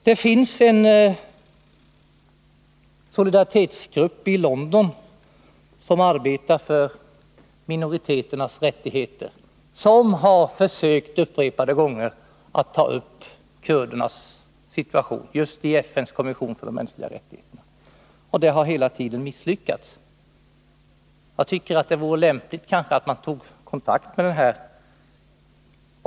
Det finns en solidarisk grupp i London som arbetar för minoriteternas rättigheter och som upprepade gånger har försökt att ta upp kurdernas 159 situation just i FN:s kommission för de mänskliga rättigheterna. Men den har hela tiden misslyckats. Jag tycker att det vore lämpligt att man tog kontakt med den här gruppen.